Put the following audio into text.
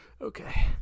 Okay